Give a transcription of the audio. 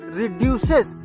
reduces